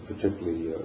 particularly